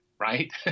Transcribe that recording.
Right